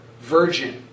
virgin